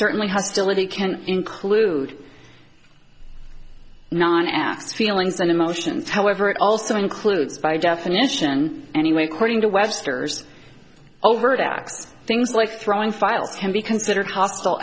can include nine x feelings and emotions however it also includes by definition anyway according to webster's overt acts things like throwing files can be considered hostile